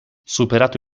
superato